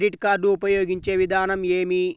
Credit card ఉపయోగించే విధానం ఏమి?